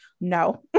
No